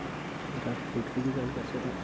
अगर अस स्कूटरी दी गल्ल करचै तां